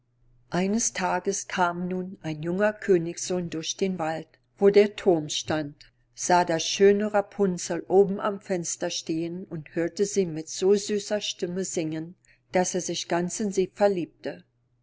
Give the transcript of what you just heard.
eines tages kam nun ein junger königssohn durch den wald wo der thurm stand sah das schöne rapunzel oben am fenster stehen und hörte sie mit so süßer stimme singen daß er sich ganz in sie verliebte